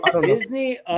Disney